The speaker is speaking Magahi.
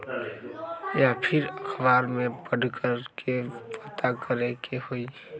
या फिर अखबार में पढ़कर के पता करे के होई?